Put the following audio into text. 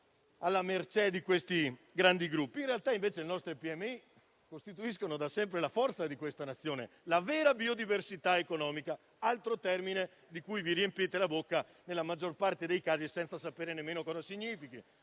alla mercé di questi grandi gruppi. In realtà, le nostre piccole e medie imprese costituiscono da sempre la forza di questa Nazione, la vera biodiversità economica, altro termine di cui vi riempite la bocca, nella maggior parte dei casi senza sapere nemmeno cosa significhi